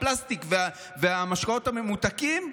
בפלסטיק ובמשקאות הממותקים,